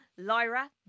Lyra